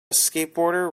skateboarder